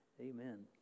Amen